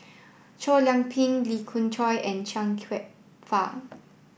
Chow Yian Ping Lee Khoon Choy and Chia Kwek Fah